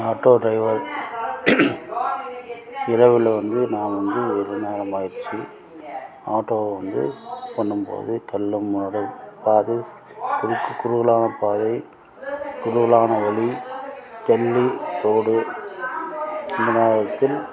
auto driver இரவில் வந்து நான் வந்து வெகுநேரமாயிடுச்சு ஆட்டோவை வந்து பண்ணும்போது கல்லும்முரடும் பாதை குறு குறுகலான பாதை குறுகலான வழி ஜல்லி ரோடு இந்த மாதிரி இடத்தில்